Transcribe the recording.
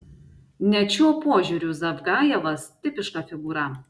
net šiuo požiūriu zavgajevas tipiška figūra